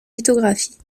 lithographies